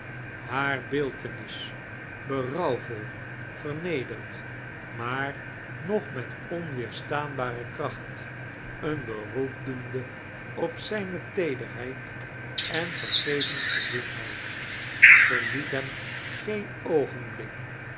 haar beeltenis berbuwvol veimederd maar nog met oriweerstaanbar kracht een beroep doende op zrjne teederheid en veirgevensgezindheid veirliet hem geen oogenblik